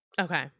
Okay